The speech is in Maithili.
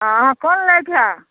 अहाँ कोन लैके हए